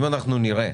אם אנחנו נראה